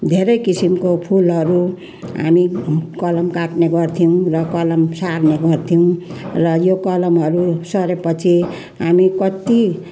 धेरै किसिमको फुलहरू हामी कलम काट्ने गर्थ्यौँ र कलम सार्ने गर्थ्यौँ र यो कलमहरू सरेपछि हामी कत्ति